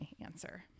answer